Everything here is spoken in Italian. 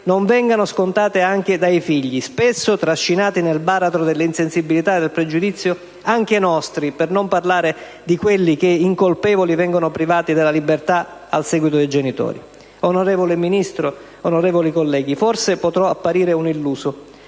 non vengano scontate anche dai figli, spesso trascinati nel baratro dall'insensibilità e dal pregiudizio, anche nostri, per non parlare di quelli che, incolpevoli, vengono privati della libertà al seguito dei genitori. Onorevole Presidente del Senato, onorevole Ministro